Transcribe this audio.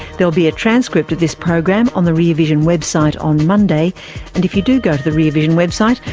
there'll be a transcript of this program on the rear vision website on monday, and if you do go to the rear vision website,